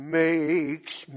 makes